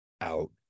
out